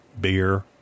Beer